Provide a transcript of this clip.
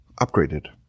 upgraded